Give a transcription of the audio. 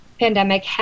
pandemic